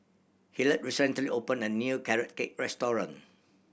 Hillard recently opened a new Carrot Cake restaurant